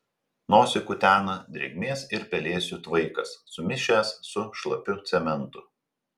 nosį kutena drėgmės ir pelėsių tvaikas sumišęs su šlapiu cementu